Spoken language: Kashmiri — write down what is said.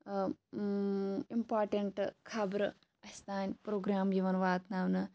اِمپاٹیٚنٹ خَبرٕ اَسہِ تانۍ پروگرام یِوان واتناونہٕ